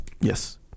Yes